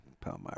Palmyra